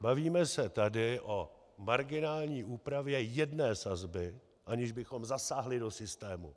Bavíme se tady o marginální úpravě jedné sazby, aniž bychom zasáhli do systému.